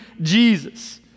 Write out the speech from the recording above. Jesus